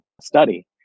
study